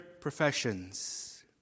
professions